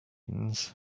brains